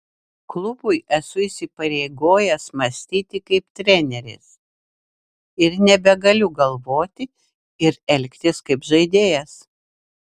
klubui esu įsipareigojęs mąstyti kaip treneris ir nebegaliu galvoti ir elgtis kaip žaidėjas